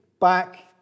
back